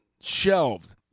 shelved